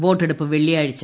വോട്ടെടുപ്പ് വെള്ളിയാഴ്ച